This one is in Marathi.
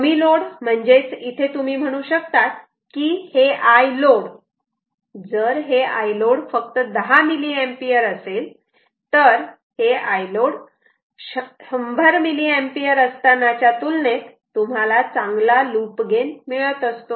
कमी लोड म्हणजेच इथे तुम्ही म्हणू शकतात की हे Iload जर हे Iload फक्त 10 मिलीएम्पिअर असेल तर Iload हे 100 मिलीएम्पिअर असतानाच्या तुलनेत तुम्हाला चांगला लूप गेन मिळत असतो